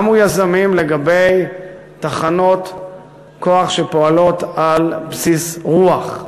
קמו יזמים לגבי תחנות כוח שפועלות על בסיס רוח,